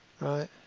right